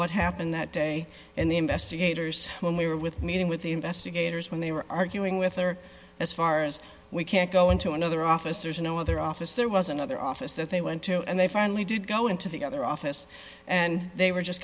what happened that day and the investigators when we were with meeting with the investigators when they were arguing with or as far as we can't go into another office there's no other office there was another office that they went to and they finally did go into the other office and they were just